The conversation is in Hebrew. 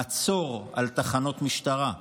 מצור על תחנות משטרה,